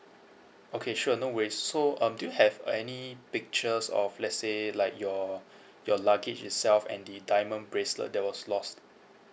okay sure no worries so um do you have any pictures of let's say like your your luggage itself and the diamond bracelet that was lost